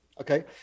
okay